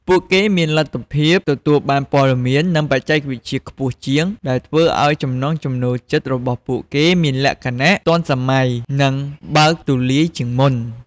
ពួកគេមានលទ្ធភាពទទួលបានព័ត៌មាន និងបច្ចេកវិទ្យាខ្ពស់ជាង ដែលធ្វើឲ្យចំណង់ចំណូលចិត្តរបស់ពួកគេមានលក្ខណៈទាន់សម័យ និងបើកទូលាយជាងមុន។